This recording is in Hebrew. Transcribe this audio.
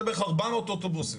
זה בערך 400 אוטובוסים,